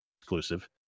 exclusive